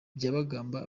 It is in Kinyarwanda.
byabagamba